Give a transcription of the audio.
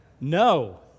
No